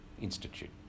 Institute